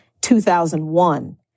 2001